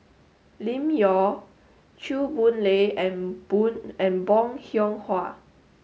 Lim Yau Chew Boon Lay and and Bong Hiong Hwa